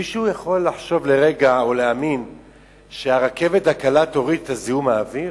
מישהו יכול לחשוב לרגע או להאמין שהרכבת הקלה תוריד את זיהום האוויר?